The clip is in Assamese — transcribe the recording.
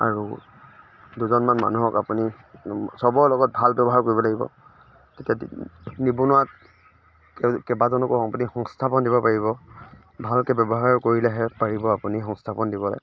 আৰু দুজনমান মানুহক আপুনি চবৰে লগত ভাল ব্য়ৱহাৰ কৰিব লাগিব তেতিয়া নিবনুৱাক কে কেইবাজনকো আপুনি সংস্থাপন দিব পাৰিব ভালকৈ ব্য়ৱহাৰ কৰিলেহে পাৰিব আপুনি সংস্থাপন দিবলৈ